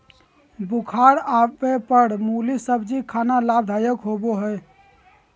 बुखार आवय पर मुली सब्जी खाना लाभदायक होबय हइ